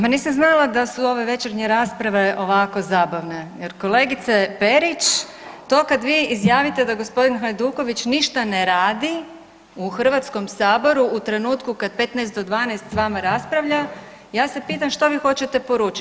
Pa nisam znala da su ove večernje rasprave ovako zabavne, jer kolegice Perić to kad vi izjavite da gospodin Hajduković ništa ne radi u Hrvatskom saboru u trenutku kad 15 do 12 sa vama raspravlja ja se pitam što vi hoćete poručiti?